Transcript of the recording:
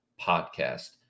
podcast